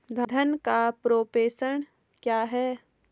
धन का प्रेषण क्या है?